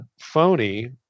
phony—